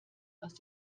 aus